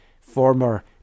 former